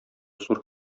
зур